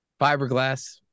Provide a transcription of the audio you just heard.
fiberglass